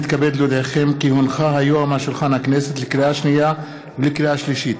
ותוחזר לוועדת הכספים להמשך הכנתה לקריאה שנייה ושלישית.